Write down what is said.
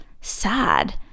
sad